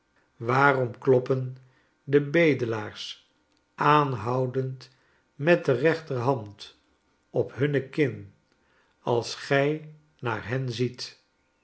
waarom kloppen de bedelaars aanhoudend met de rechterhand op hunne kin als gij naar hen ziet